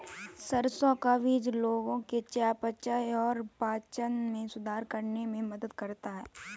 सरसों का बीज लोगों के चयापचय और पाचन में सुधार करने में मदद करता है